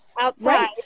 outside